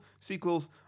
sequels